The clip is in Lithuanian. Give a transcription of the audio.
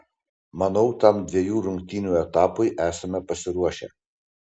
manau tam dviejų rungtynių etapui esame pasiruošę